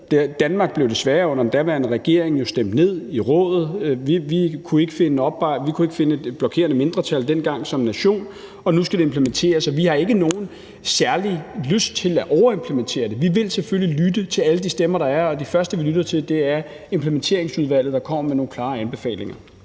Danmark blev desværre under den daværende regering jo stemt ned i Rådet. Vi kunne som nation ikke finde et blokerende mindretal dengang, og nu skal vi implementere det. Så vi har ikke nogen særlig lyst til at overimplementere det. Vi vil selvfølgelig lytte til alle de stemmer, der er, og de første, vi lytter til, er implementeringsudvalget, der kommer med nogle klare anbefalinger.